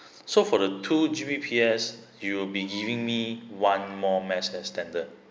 so for the two G B P S you'll be giving me one more mesh extender